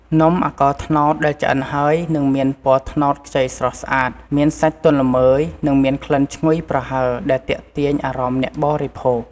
នំអាកោរត្នោតដែលឆ្អិនហើយ នឹងមានពណ៌ត្នោតខ្ចីស្រស់ស្អាត មានសាច់ទន់ល្មើយ និងមានក្លិនឈ្ងុយប្រហើរដែលទាក់ទាញអារម្មណ៍អ្នកបរិភោគ។